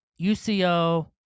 UCO